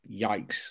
yikes